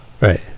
Right